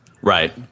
Right